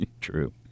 True